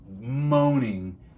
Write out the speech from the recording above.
moaning